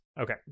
Okay